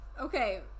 okay